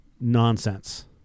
nonsense